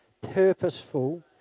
purposeful